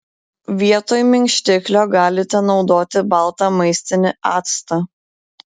vietoj minkštiklio galite naudoti baltą maistinį actą